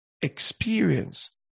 experience